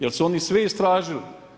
Jer su oni svi istražili.